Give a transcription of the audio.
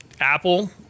Apple